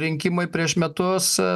rinkimai prieš metus